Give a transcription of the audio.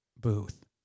booth